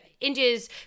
India's